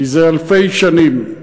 מזה אלפי שנים.